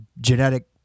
genetic